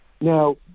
Now